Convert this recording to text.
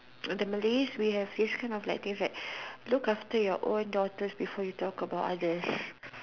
the Malays we have this kind of this like look after your own daughter before you talk about others